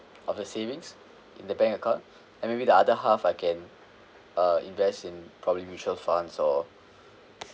of the savings in the bank account and maybe the other half I can uh invest in probably mutual funds or